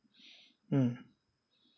mm